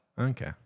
Okay